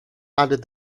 added